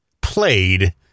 played